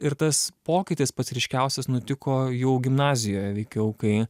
ir tas pokytis pats ryškiausias nutiko jau gimnazijoje veikiau kai